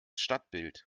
stadtbild